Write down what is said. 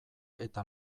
eta